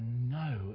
no